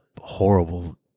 horrible –